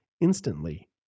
Instantly